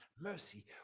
mercy